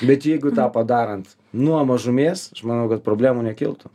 bet jeigu tą padarant nuo mažumės aš manau kad problemų nekiltų